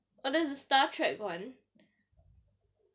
but there's a star trek one